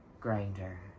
Grinder